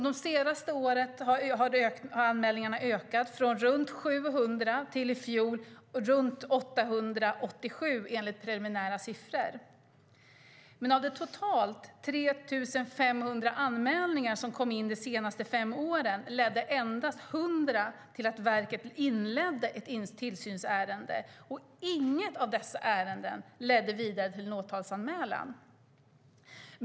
Det senaste året har anmälningarna ökat från runt 700 till i fjol 887 enligt preliminära siffror. Men av de totalt 3 500 anmälningar som kom in de senaste fem åren ledde endast 100 till att verket inledde ett tillsynsärende, och inget av dessa ärenden ledde vidare till en åtalsanmälan.